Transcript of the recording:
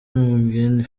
mugheni